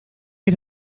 had